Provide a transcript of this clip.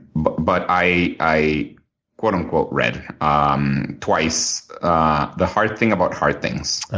but but i i quote-unquote read ah um twice ah the hard thing about hard things. ah,